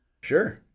Sure